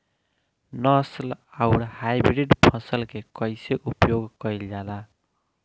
नस्ल आउर हाइब्रिड फसल के कइसे प्रयोग कइल जाला?